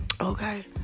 Okay